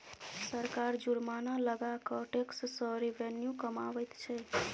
सरकार जुर्माना लगा कय टैक्स सँ रेवेन्यू कमाबैत छै